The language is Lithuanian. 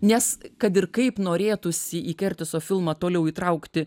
nes kad ir kaip norėtųsi į kertiso filmą toliau įtraukti